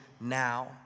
now